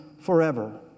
forever